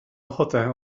ochotę